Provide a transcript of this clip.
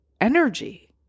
energy